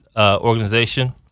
organization